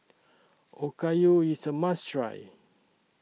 Okayu IS A must Try